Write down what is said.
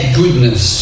goodness